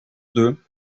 deux